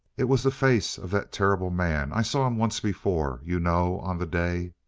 it was the face of that terrible man. i saw him once before, you know. on the day